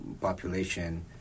population